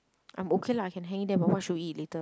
I'm okay lah can hang in there but what should we eat later